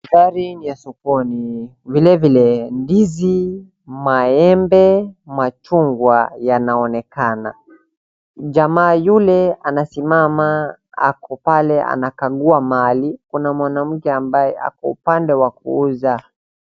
Mandhari ni ya sokoni, vile vile ndizi, maembe, machungwa yanaonekana. Jamaa yule anasimama ako pale anakagua mali, kuna mwanamke ambaye ako upande wa kuuza.